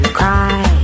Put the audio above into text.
cry